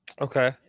okay